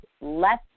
less